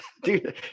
Dude